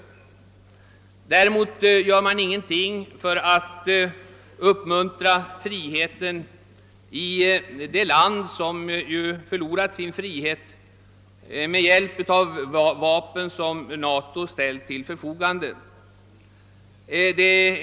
Däremot gör man inte någonting för att stimulera den frihetssträvan som finns i det land, vilket förlorat sin frihet med hjälp av NATO-förmedlade vapen.